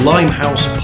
Limehouse